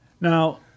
Now